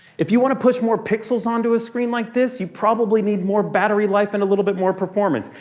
if you want to push more pixels onto a screen like this, you probably need more battery life and a little bit more performance.